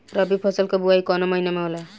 रबी फसल क बुवाई कवना महीना में होला?